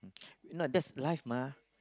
no that's life mah